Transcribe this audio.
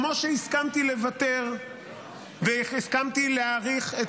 כמו שהסכמתי לוותר והסכמתי להאריך את